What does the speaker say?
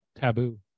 Taboo